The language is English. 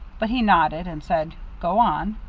but he nodded, and said, go on.